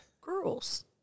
girls